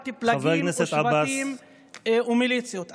לטובת פלגים ושבטים ומיליציות.